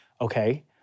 okay